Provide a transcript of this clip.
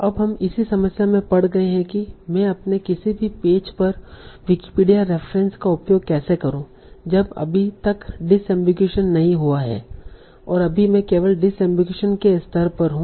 अब हम इसी समस्या में पड़ गए हैं कि मैं अपने किसी भी पेज पर विकिपीडिया रेफ़रेंस का उपयोग कैसे करूँ जब अभी तक डिसअम्बिगुईशन नहीं हुआ है अभी मैं केवल डिसअम्बिगुईशन के स्तर पर हूँ